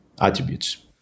Attributes